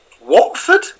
Watford